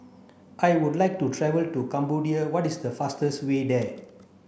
I would like to travel to Cambodia what is the fastest way there